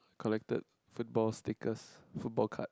collected football stickers football card